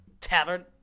tavern